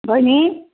बहिनी